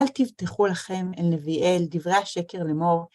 אל תבטחו לכם אל דברי השקר לאמור.